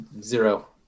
zero